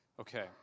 Okay